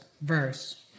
verse